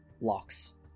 locks